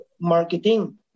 marketing